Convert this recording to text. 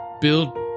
build